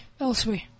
elsewhere